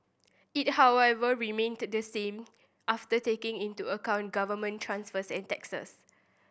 it however remained the same after taking into account government transfers and taxes